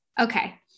Okay